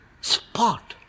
spot